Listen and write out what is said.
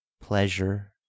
pleasure